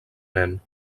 nen